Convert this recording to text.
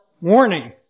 warning